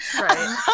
Right